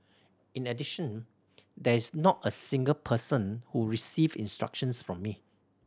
in addition there is not a single person who received instructions from me